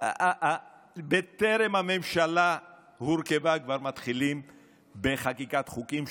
בטרם הממשלה הורכבה כבר מתחילים בחקיקת חוקים,